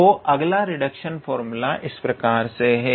तो अगला reduction formula इस प्रकार से है